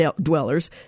dwellers